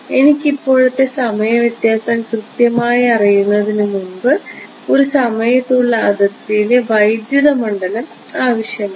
എനിക്ക് ഇപ്പോഴത്തെ സമയ വ്യത്യാസം കൃത്യമായി അറിയുന്നതിന് മുൻപ് ഒരു സമയത്തുള്ള അതിർത്തിയിലെ വൈദ്യുത മണ്ഡലം ആവശ്യമാണ്